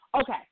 Okay